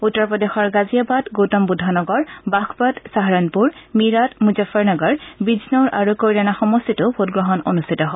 উত্তৰ প্ৰদেশৰ গাজিয়াবাদ গৌতম বুদ্ধ নগৰ বাঘপট চাহৰণপুৰ মিৰাট মুজাফ্ফৰনগৰ বিজনোৰ আৰু কৈৰাণা সমষ্টিতো ভোটগ্ৰহণ অনুষ্ঠিত হয়